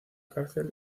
cárcel